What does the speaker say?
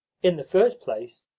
in the first place,